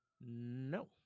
no